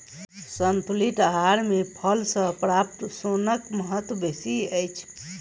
संतुलित आहार मे फल सॅ प्राप्त सोनक महत्व बेसी अछि